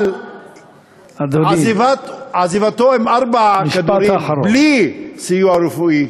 על עזיבתו עם ארבעה כדורים בלי סיוע רפואי,